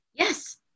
Yes